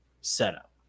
setup